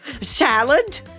Salad